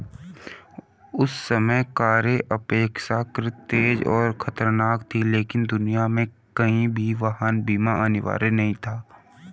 उस समय कारें अपेक्षाकृत तेज और खतरनाक थीं, लेकिन दुनिया में कहीं भी वाहन बीमा अनिवार्य नहीं था